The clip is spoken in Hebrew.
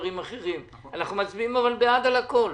דברים אחרים אבל אנחנו מצביעים בעד על הכל.